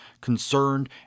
concerned